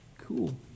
Cool